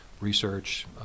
research